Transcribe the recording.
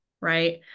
right